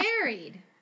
married